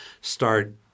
start